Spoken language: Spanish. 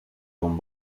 con